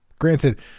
Granted